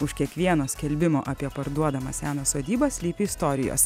už kiekvieno skelbimo apie parduodamą seną sodybą slypi istorijos